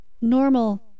normal